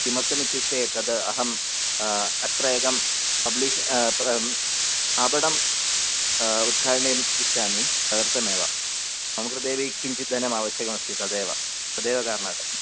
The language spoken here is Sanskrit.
किमर्थमित्युक्ते तद् अहम् अत्र एकं पब्लिश् आपणं उद्घाटयन् इच्छामि तदर्थमेव मम कृतेपि किञ्चिद्धनमावश्यकमस्ति तदेव तदेव कारणात्